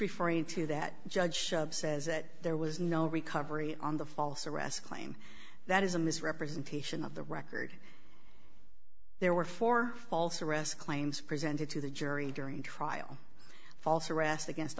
referring to that judge says that there was no recovery on the false arrest claim that is a misrepresentation of the record there were four false arrest claims presented to the jury during trial false arrest against